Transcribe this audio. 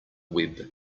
web